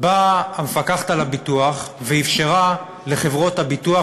באה המפקחת על הביטוח ואפשרה לחברות הביטוח